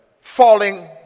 falling